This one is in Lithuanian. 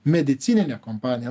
medicininė kompanija